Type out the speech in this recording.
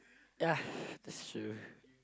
ya that's true